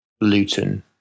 Luton